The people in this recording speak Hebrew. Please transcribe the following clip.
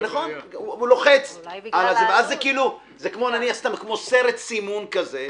זה כמו סרט סימון כזה.